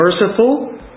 merciful